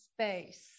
space